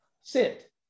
Sit